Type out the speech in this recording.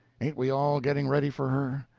ain't we all getting ready for her?